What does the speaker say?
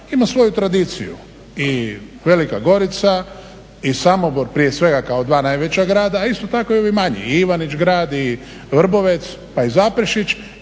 ima svoju tradiciju i Velika Gorica i Samobor prije svega kao dva najveća grada, a isto tako i ovi manji i Ivanić Grad i Vrbovec, pa i Zaprešić.